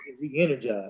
re-energize